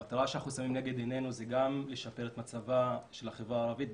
המטרה שאנחנו שמים לנגד עינינו היא גם לשפר את מצבה של החברה הערבית,